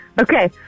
Okay